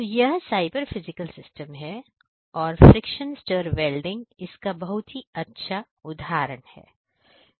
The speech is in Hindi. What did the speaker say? तो यह cyber physical सिस्टम है और फ्रिक्शन स्टर वेल्डिंग इसका बहुत ही अच्छा उदाहरण है